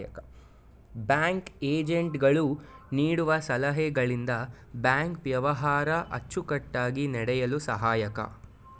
bank agent ಗಳು ನೀಡುವ ಸಲಹೆಗಳಿಂದ ಬ್ಯಾಂಕ್ ವ್ಯವಹಾರ ಅಚ್ಚುಕಟ್ಟಾಗಿ ನಡೆಯಲು ಸಹಾಯಕ